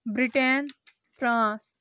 Britain France